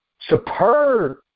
Superb